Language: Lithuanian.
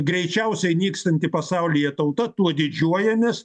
greičiausiai nykstanti pasaulyje tauta tuo didžiuojamės